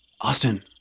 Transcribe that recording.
Austin